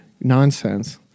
nonsense